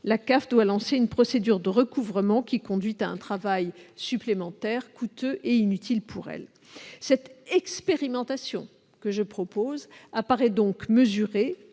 la CAF doit lancer une procédure de recouvrement qui conduit à un travail supplémentaire, coûteux et inutile pour elle. Cette expérimentation que je propose apparaît donc mesurée